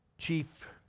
chief